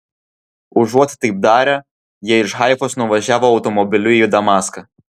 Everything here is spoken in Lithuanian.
užuot taip darę jie iš haifos nuvažiavo automobiliu į damaską